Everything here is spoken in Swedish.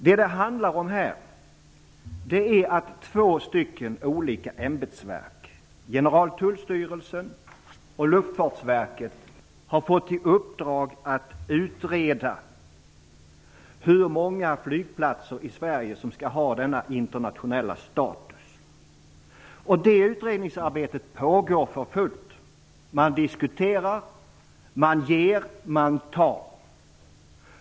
Det handlar om att två ämbetsverk, Generaltullstyrelsen och Luftfartsverket, har fått i uppdrag att utreda hur många flygplatser i Sverige som skall ha internationell status. Det utredningsarbetet pågår för fullt. Man diskuterar. Man ger och tar.